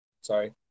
Sorry